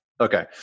Okay